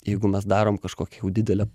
jeigu mes darom kažkokią jau didelę